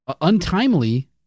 untimely